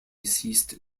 ceased